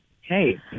Hey